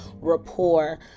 rapport